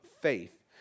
faith